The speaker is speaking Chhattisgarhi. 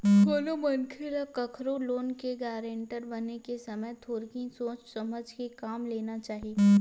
कोनो मनखे ल कखरो लोन के गारेंटर बने के समे थोरिक सोच समझ के काम लेना चाही